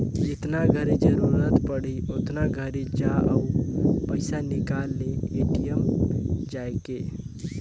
जेतना घरी जरूरत पड़ही ओतना घरी जा अउ पइसा निकाल ले ए.टी.एम जायके